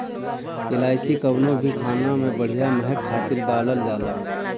इलायची कवनो भी खाना में बढ़िया महक खातिर डालल जाला